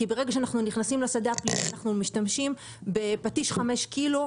כי ברגע שאנחנו נכנסים לשדה הפלילי אנחנו משתמשים בפטיש חמש קילו,